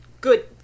good